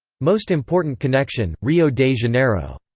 most important connection rio de janeiro.